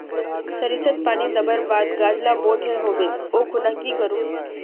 सरिसत पानी दवर बात गाज ला बोट है होबे ओ खुना की करूम?